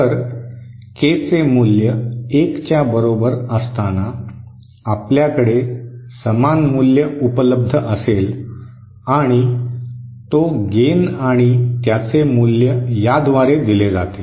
तर के चे मूल्य एक च्या बरोबर असताना आपल्याकडे समान मूल्य उपलब्ध असेल आणि तो गेन आणि त्याचे मूल्य याद्वारे दिले जाते